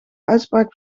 uitspraak